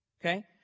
Okay